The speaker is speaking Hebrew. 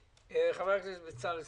חבר הכנסת בצלאל סמוטריץ',